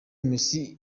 messi